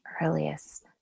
earliest